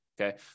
okay